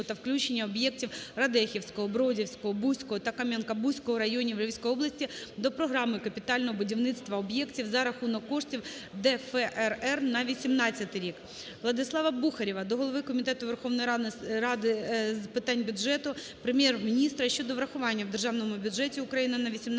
та включення об'єктів Радехівського, Бродівського, Буського та Кам'янка-Бузького районів Львівської області до Програми капітального будівництва об'єктів за рахунок коштів ДФРР на 2018 рік. Владислава Бухарєва до голови Комітету Верховної Ради України з питань бюджету, Прем'єр-міністра щодо врахування в Державному бюджеті України на 2018 рік